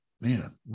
man